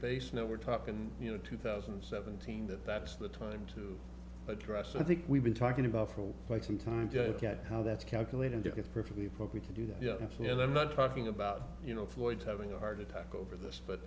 base now we're talking you know two thousand and seventeen that that's the time to address i think we've been talking about from quite some time to look at how that's calculated if perfectly appropriate to do that yes you know i'm not talking about you know floyd having a heart attack over this but